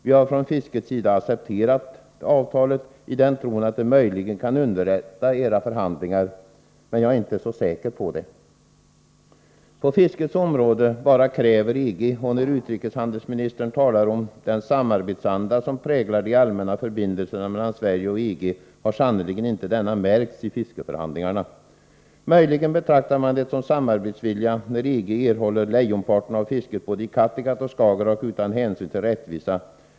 Vi har från fiskets sida accepterat avtalet i tron att det möjligen kan underlätta era förhandlingar. Men jag är inte så säker på det. På fiskets område bara kräver EG, och när utrikeshandelsministern talar om den samarbetsanda som präglar de allmänna förbindelserna mellan Sverige och EG har sannerligen inte denna märkts i fiskeförhandlingarna. Möjligen betraktar man det som samarbetsvilja när EG erhåller lejonparten av fisket både i Kattegatt och Skagerrak utan hänsyn till rättvisa.